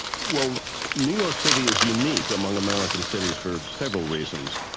well new york city is unique among american cities, for several reasons.